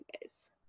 guys